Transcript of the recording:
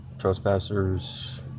Trespassers